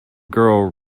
girl